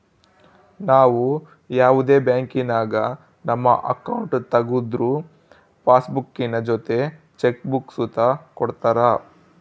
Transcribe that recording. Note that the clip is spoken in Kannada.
ನಾವು ಯಾವುದೇ ಬ್ಯಾಂಕಿನಾಗ ನಮ್ಮ ಅಕೌಂಟ್ ತಗುದ್ರು ಪಾಸ್ಬುಕ್ಕಿನ ಜೊತೆ ಚೆಕ್ ಬುಕ್ಕ ಸುತ ಕೊಡ್ತರ